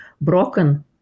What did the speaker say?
broken